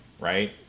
right